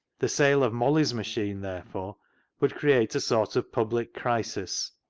the sale of molly's machine therefore would create a sort of public crisis.